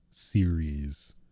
Series